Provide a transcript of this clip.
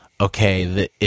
okay